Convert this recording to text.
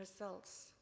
results